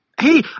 hey